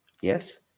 yes